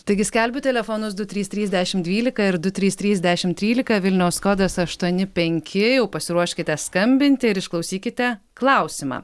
taigi skelbiu telefonus du trys trys dešimt dvylika ir du trys trys dešimt trylika vilniaus kodas aštuoni penki jau pasiruoškite skambinti ir išklausykite klausimą